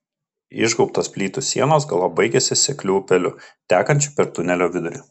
išgaubtos plytų sienos galop baigiasi sekliu upeliu tekančiu per tunelio vidurį